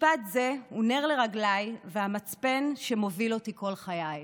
משפט זה הוא נר לרגליי והמצפן שמוביל אותי כל חיי.